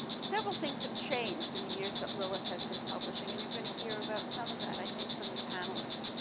several things have changed in the years that lilith has been publishing, and you're gonna hear about some of that, i think, from the panelists.